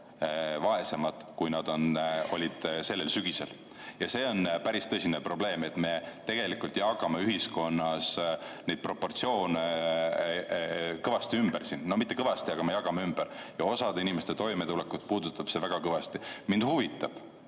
vaesemad, kui nad olid sellel sügisel. See on päris tõsine probleem, et me tegelikult jagame ühiskonnas neid proportsioone kõvasti ümber – no mitte kõvasti, aga me siiski jagame neid ümber – ja osa inimeste toimetulekut puudutab see väga kõvasti. Mind huvitab,